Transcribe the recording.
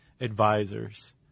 advisors